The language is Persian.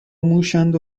موشاند